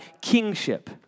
kingship